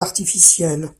artificielles